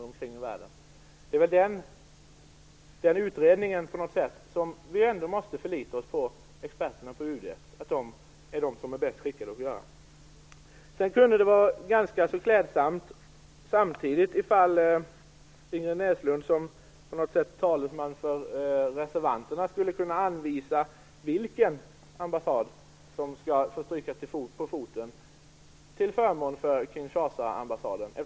Vi måste väl ändå förlita oss på den utredningen, på att experterna på UD är de som är bäst skickade att bedöma det. Det kunde också vara ganska klädsamt om Inger Näslund som talesman för reservanterna skulle kunna anvisa vilken ambassad som skall få stryka på foten till förmån för Kinshasa-ambassaden.